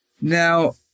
Now